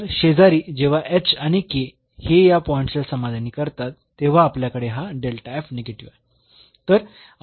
तर शेजारी जेव्हा आणि हे या पॉईंट्स ला समाधानी करतात तेव्हा आपल्याकडे हा निगेटिव्ह आहे